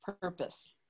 purpose